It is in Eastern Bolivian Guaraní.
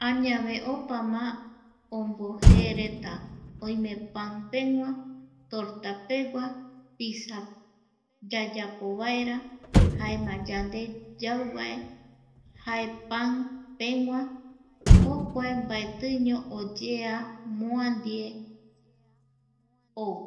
Añave opama ombojee reta oime pan pegua, torta pegua, pizzas. yayapovaera jaema yande yauva, jae pan pegua jokua mbaetiño oyea moa ndie. (pausa)ou,